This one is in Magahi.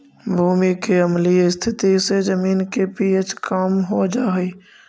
भूमि के अम्लीय स्थिति से जमीन के पी.एच कम हो जा हई